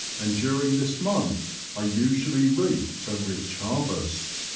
and during this month i usually reaped a rich harvest.